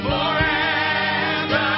Forever